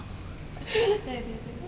orh 对对对